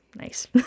nice